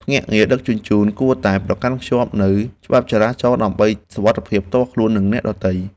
ភ្នាក់ងារដឹកជញ្ជូនគួរតែប្រកាន់ខ្ជាប់នូវច្បាប់ចរាចរណ៍ ដើម្បីសុវត្ថិភាពផ្ទាល់ខ្លួននិងអ្នកដទៃ។